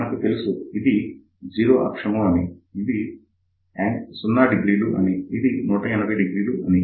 మనకు తెలుసు ఇది 0 అక్షము అని ఇది ∠00 అని ఇది ∠1800 అని